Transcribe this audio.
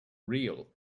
real